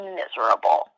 miserable